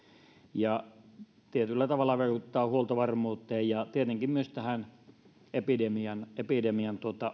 tietyllä tavalla vaikutetaan huoltovarmuuteen ja tietenkin epidemian epidemian